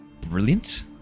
brilliant